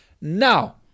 Now